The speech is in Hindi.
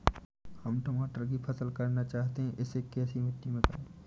हम टमाटर की फसल करना चाहते हैं इसे कैसी मिट्टी में करें?